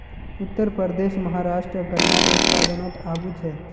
उत्तरप्रदेश, महाराष्ट्र गन्नार उत्पादनोत आगू छे